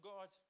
God